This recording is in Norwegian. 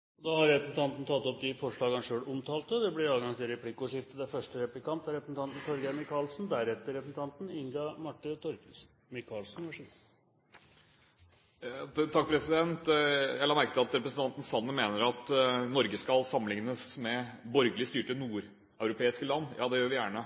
tatt opp. Representanten Jan Tore Sanner har tatt opp de forslagene han omtalte. Det blir replikkordskifte. Jeg la merke til at representanten Sanner mener at Norge skal sammenlignes med borgerlig styrte nordeuropeiske land. Ja, det gjør vi gjerne.